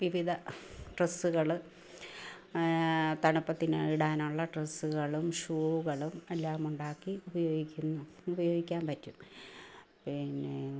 വിവിധ ഡ്രെസ്സുകള് തണുപ്പത്തിന് ഇടാനുള്ള ഡ്രെസ്സുകളും ഷൂകളും എല്ലാമുണ്ടാക്കി ഉപയോഗിക്കുന്നു ഉപയോഗിക്കാൻ പറ്റും പിന്നെ